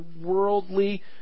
worldly